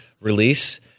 release